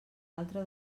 altre